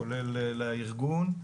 כולל לארגון.